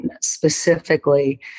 specifically